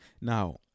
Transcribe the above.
Now